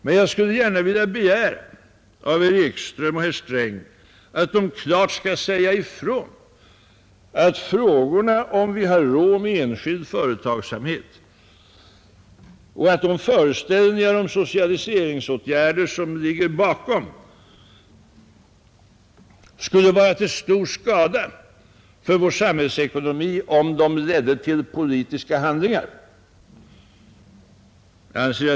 Men jag begär av herr Ekström och av herr Sträng att de klart skall säga ifrån, att frågan om vi har råd med enskild företagsamhet och de föreställningar om socialiseringsåtgärder som ligger bakom skulle vara till stor skada för vår samhällsekonomi om de ledde till politiska handlingar.